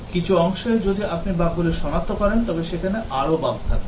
কিছু অংশে যদি আপনি বাগগুলি সনাক্ত করেন তবে সেখানে আরও বাগ থাকবে